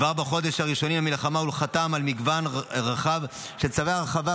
כבר בחודש הראשון למלחמה הוא חתם על מגוון רחב של צווי הרחבה,